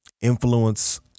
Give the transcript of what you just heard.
influence